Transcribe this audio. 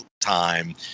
time